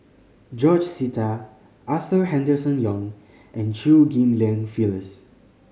George Sita Arthur Henderson Young and Chew Ghim Lian Phyllis